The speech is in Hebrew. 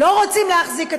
לא רוצים להחזיק אתכם,